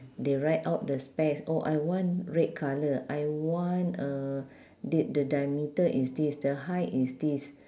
they write out the specs oh I want red colour I want uh th~ the diameter is this the height is this